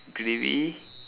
gravy